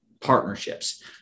partnerships